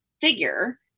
figure